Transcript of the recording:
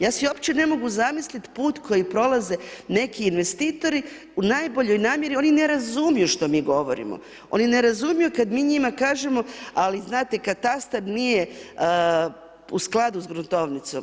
Ja si uopće ne mogu zamisliti put koji prolaze neki investitori u najboljoj namjeri, oni ne razumiju što mi govorimo, oni ne razumiju kad mi njima kažemo, ali znate katastar nije u skladu s gruntovnicom.